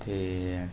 ते